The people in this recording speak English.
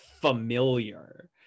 familiar